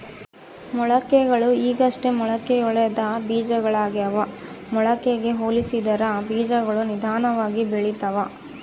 ಮೊಳಕೆಗಳು ಈಗಷ್ಟೇ ಮೊಳಕೆಯೊಡೆದ ಬೀಜಗಳಾಗ್ಯಾವ ಮೊಳಕೆಗೆ ಹೋಲಿಸಿದರ ಬೀಜಗಳು ನಿಧಾನವಾಗಿ ಬೆಳಿತವ